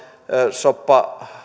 soppaa